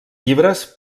llibres